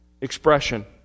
expression